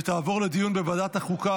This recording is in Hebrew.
ותעבור לדיון בוועדת החוקה,